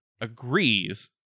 agrees